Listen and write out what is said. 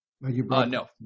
No